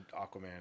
Aquaman